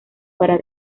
para